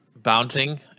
Bouncing